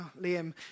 Liam